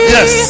Yes